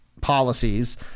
policies